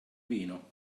vino